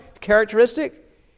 Characteristic